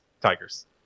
tigers